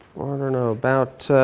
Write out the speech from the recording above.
i don't know, about